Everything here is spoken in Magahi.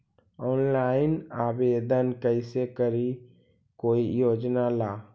ऑनलाइन आवेदन कैसे करी कोई योजना ला?